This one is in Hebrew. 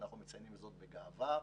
ואנחנו מציינים זאת בגאווה,